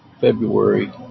February